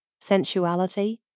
sensuality